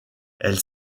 elle